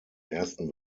ersten